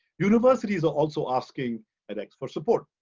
universities are also asking edx for support.